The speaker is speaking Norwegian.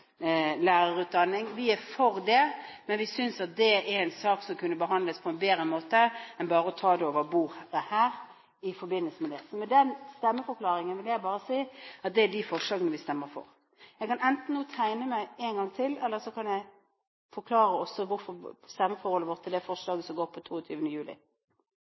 grunnskolelærerutdanning. Vi er for det, men vi synes at det er en sak som kunne behandles på en bedre måte enn ved bare å ta det over bordet her. Så med denne stemmeforklaringen vil jeg bare si at dette er de forslagene vi stemmer for. – Jeg kan enten nå tegne meg en gang til, eller så kan jeg også gi en stemmeforklaring til det forslaget som går på 22. juli.